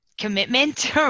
commitment